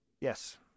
Yes